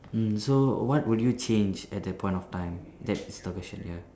mm so what would you change at that point of time that is the question ya